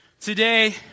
Today